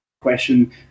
question